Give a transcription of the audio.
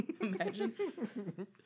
Imagine